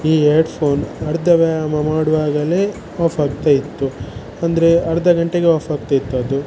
ಈ ಯಡ್ಫೋನ್ ಅರ್ಧ ವ್ಯಾಯಾಮ ಮಾಡುವಾಗಲೇ ಆಫ್ ಆಗ್ತಾಯಿತ್ತು ಅಂದರೆ ಅರ್ಧ ಗಂಟೆಗೆ ಆಫ್ ಆಗ್ತಾಯಿತ್ತು ಅದು